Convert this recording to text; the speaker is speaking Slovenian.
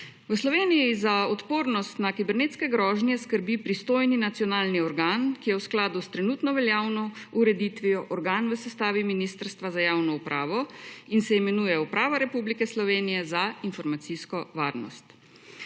V Sloveniji za odpornost na kibernetske grožnje skrbi pristojni nacionalni organ, ki je v skladu s trenutno veljavno ureditvijo, organ, v sestavi Ministrstva za javno upravo in se imenuje Uprava Republike Slovenije za informacijsko varnost.